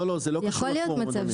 לא, לא זה לא קשור לקוורום אדוני.